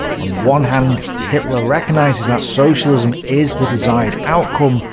on the one hand, hitler recognizes that socialism is the desired outcome,